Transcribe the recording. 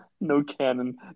No-cannon